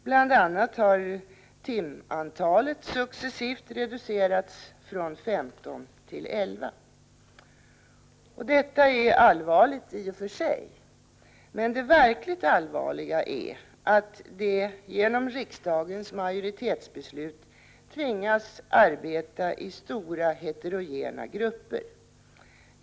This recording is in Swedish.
Bl.a. har timantalet successivt reducerats från femton till elva. Detta är i och för sig allvarligt, Prot. 1985/86:32 men det verkligt allvarliga är att eleverna genom riksdagens majoritetsbeslut 20 november 1985 tvingas arbeta i stora heterogena grupper.